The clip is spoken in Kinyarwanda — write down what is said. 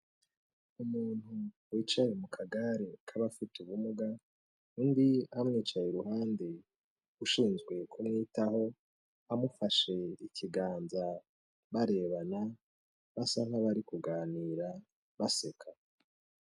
Umuntu wicaye mu kagare k'abafite ubumuga, undi amwicaye iruhande ushinzwe kumwitaho, amufashe ikiganza barebana, basa nk'abari kuganira baseka.